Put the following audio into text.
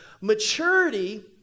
Maturity